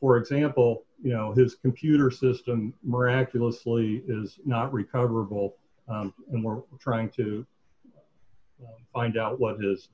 for example you know his computer system miraculously is not recoverable and we're trying to find out what it is